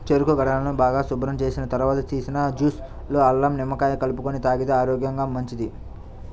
చెరుకు గడలను బాగా శుభ్రం చేసిన తర్వాత తీసిన జ్యూస్ లో అల్లం, నిమ్మకాయ కలుపుకొని తాగితే ఆరోగ్యానికి మంచిది